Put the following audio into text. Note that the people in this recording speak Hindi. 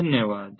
धन्यवाद